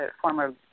former